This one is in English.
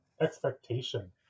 expectation